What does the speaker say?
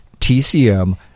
TCM